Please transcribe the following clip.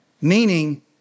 meaning